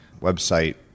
website